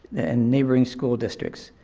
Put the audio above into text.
and neighboring school districts.